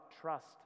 trust